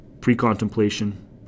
Pre-contemplation